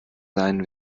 seinen